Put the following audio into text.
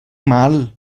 mal